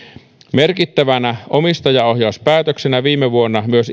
merkittävänä omistajaohjauspäätöksenä viime vuonna ilmoitettiin myös